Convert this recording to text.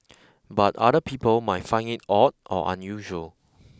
but other people might find it odd or unusual